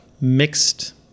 mixed